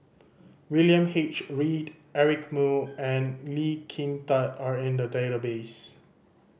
William H Read Eric Moo and Lee Kin Tat are in the database